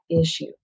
issue